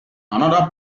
another